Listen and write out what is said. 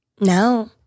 No